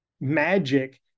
magic